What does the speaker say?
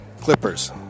Clippers